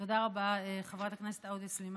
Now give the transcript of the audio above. תודה רבה, חברת הכנסת תומא סלימאן.